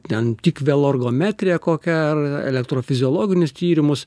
ten tik veloergometriją kokią ar elektrofiziologinius tyrimus